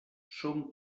són